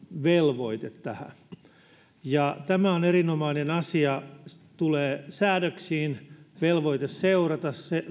velvoite tähän tämä on erinomainen asia että tulee säädöksiin velvoite seurata